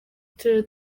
turere